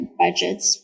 budgets